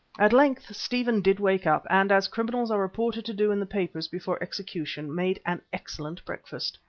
at length stephen did wake up and, as criminals are reported to do in the papers before execution, made an excellent breakfast.